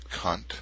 cunt